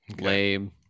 Lame